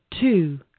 two